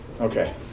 Okay